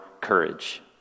courage